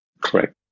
correct